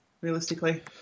realistically